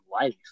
life